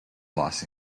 los